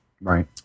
Right